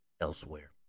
elsewhere